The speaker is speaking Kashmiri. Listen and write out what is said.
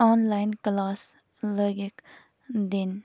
آن لاین کٕلاس لٲگِکھ دِنۍ